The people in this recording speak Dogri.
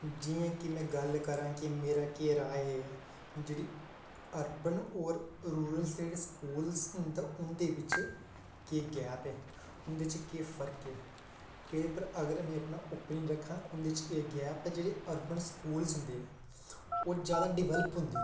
जियां कि में गल्ल करां कि मेरी केह् राए ऐ जेह्ड़े अर्बन और रूरलस स्कूल न तां उंदे बिच्च उंदे च केह् गैप ऐ केह् फर्क ऐ एह्दे पर में अपना ओपिनियन रक्खा उंदे च एह् गैप ऐ जेह्ड़े अर्बन स्कूलस होंदे ओह् जादा डिवैल्प होंदे